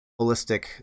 holistic